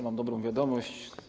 Mam dobrą wiadomość.